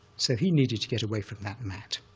so he needed to get away from that mat.